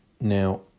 Now